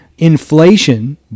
Inflation